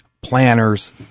planners